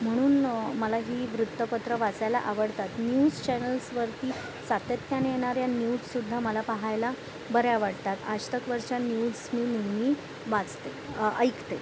म्हणून मला ही वृत्तपत्रं वाचायला आवडतात न्यूज चॅनल्सवरती सातत्याने येणाऱ्या न्यूजसुद्धा मला पाहायला बऱ्या वाटतात आज तकवरच्या न्यूज मी नेहमी वाचते अं ऐकते